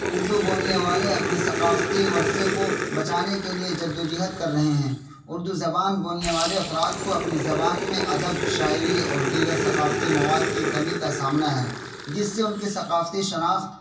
اردو بولنے والے اپنے ثقافتی ورثے کو بچانے کے لیے جد و جہد کر رہے ہیں اردو زبان بولنے والے افراد کو اپنی زبان میں ادب شاعری اور دیگر ثقافتی مواد کی کمی کا سامنا ہے جس سے ان کی ثقافتی شناخت